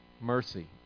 Mercy